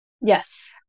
yes